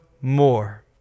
more